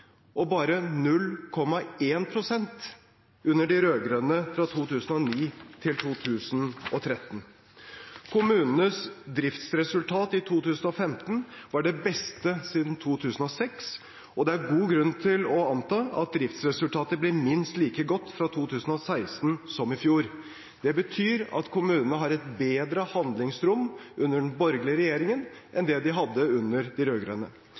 2009 til 2013. Kommunenes driftsresultat i 2015 var det beste siden 2006, og det er god grunn til å anta at driftsresultatet blir minst like godt i 2016 som i fjor. Det betyr at kommunene har et bedre handlingsrom under den borgerlige regjeringen enn de hadde under